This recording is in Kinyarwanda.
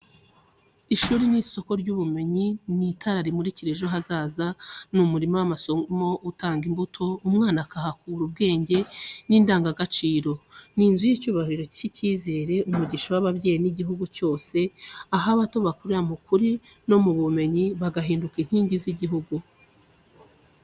Ishuri ni isoko y'ubumenyi, ni itara rimurikira ejo hazaza, ni umurima w’amasomo utanga imbuto. Umwana akahakura ubwenge n’indangagaciro. Ni inzu y’icyubahiro n’icyizere, umugisha w’ababyeyi n’igihugu cyose, aho abato bakurira mu kuri no mu bumenyi, bagahinduka inkingi z’igihugu.